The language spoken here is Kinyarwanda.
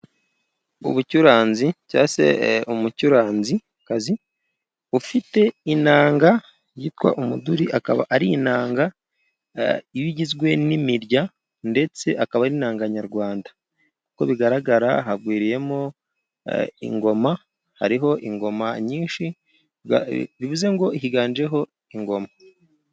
Ubucuranzi cya umucuranzikazi ufite inanga yitwa umuduri, akaba ari inanga iba igizwe n'imirya ndetse akaba ari inanga nyarwanda . Uko bigaragara hagwiriyemo ingoma hariho ingoma nyinshi, bivuze ngo higanje ho ingoma.